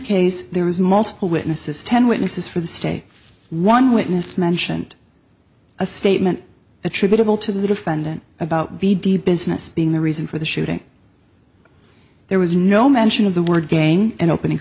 case there is multiple witnesses ten witnesses for the state one witness mentioned a statement attributable to the defendant about the deed business being the reason for the shooting there was no mention of the word gain in opening